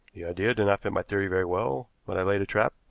the idea did not fit my theory very well, but i laid a trap,